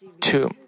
Two